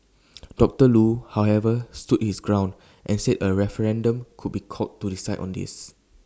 doctor Loo however stood his ground and said A referendum could be called to decide on this